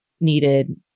needed